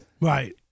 Right